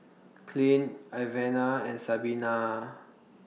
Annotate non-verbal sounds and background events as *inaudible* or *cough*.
Clint *noise* Ivana and Sabina